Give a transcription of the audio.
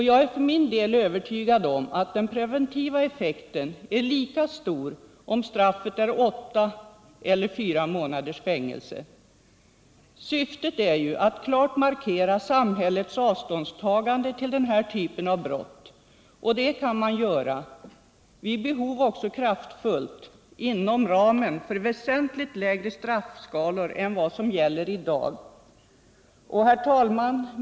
Jag är för min del övertygad om att den preventiva effekten är lika stor om straffet är åtta eller fyra månaders fängelse. Syftet är ju att klart markera samhällets avståndstagande till denna typ av brott, och det kan man göra — vid behov också kraftfullt inom ramen för väsentligt lägre straffskalor än vad som gäller i dag. Herr talman!